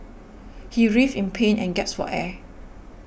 he writhed in pain and gasped for air